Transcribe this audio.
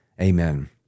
amen